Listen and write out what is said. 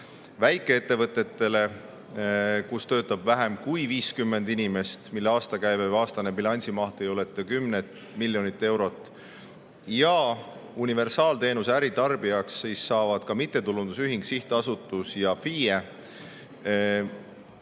väikeettevõttele, kus töötab vähem kui 50 inimest, mille aastakäive või aastane bilansimaht ei ületa 10 miljonit eurot; ja universaalteenuse äritarbijaks saavad ka mittetulundusühing, sihtasutus ja FIE